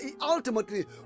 ultimately